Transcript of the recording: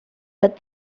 but